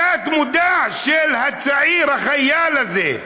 בתת-מודע של הצעיר, החייל הזה,